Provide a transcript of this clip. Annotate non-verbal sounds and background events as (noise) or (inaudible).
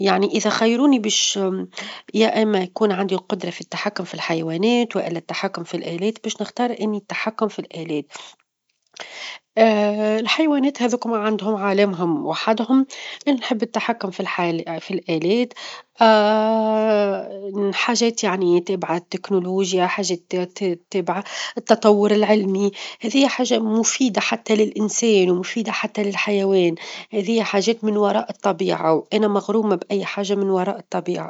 يعنى إذا خيروني باش يا إما يكون عندي قدرة في التحكم في الحيوانات، والا التحكم في الآلات باش نختار إني التحكم في الآلات، (hesitation) الحيوانات هاذوكم عندهم عالمهم وحدهم، نحب التحكم في -الح- في الآلات، (hesitation) حاجات يعني تابعة التكنولوجيا حاجات -ت- تابعة التطور العلمي، هذي حاجة مفيدة حتى للإنسان، ومفيدة حتى للحيوان، هذي حاجات من وراء الطبيعة، وأنا مغرومة بأي حاجة من وراء الطبيعة.